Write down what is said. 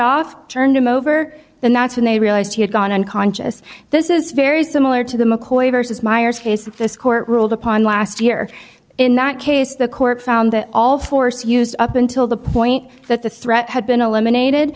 off turned him over the knots when they realized he had gone unconscious this is very similar to the mccoy versus meyers case of this court ruled upon last year in that case the court found that all force used up until the point that the threat had been